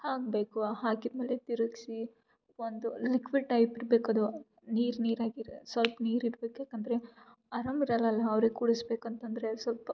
ಹಾಕಬೇಕು ಆ ಹಾಕಿದ್ಮೇಲೆ ತಿರುಗಿಸಿ ಒಂದು ಲಿಕ್ವಿಡ್ ಟೈಪ್ ಇರಬೇಕದು ನೀರು ನೀರಾಗಿದೆ ಸ್ವಲ್ಪ್ ನೀರು ಇರ್ಬೇಕಿತ್ತು ಅಂದರೆ ಆರಾಮ ಇರಲಲ್ಲಾ ಅವ್ರಿಗೆ ಕುಡಿಸ್ಬೇಕಂತಂದರೆ ಸ್ವಲ್ಪ್